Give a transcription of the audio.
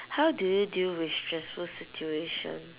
how do you deal with stressful situation